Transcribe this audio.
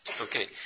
Okay